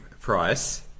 price